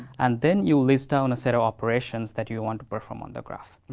and then, you list down a set of operations that you want to perform on the graph.